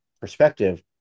perspective